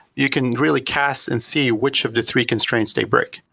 you can really cast and see which of the three constraints they break.